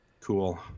Cool